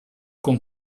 con